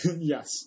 Yes